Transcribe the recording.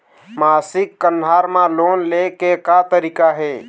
मासिक कन्हार म लोन ले के का तरीका हे?